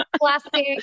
Classic